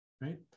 right